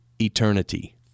eternity